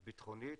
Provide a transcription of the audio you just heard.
ביטחונית,